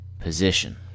position